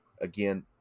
again